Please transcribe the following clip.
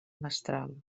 mestral